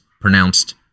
pronounced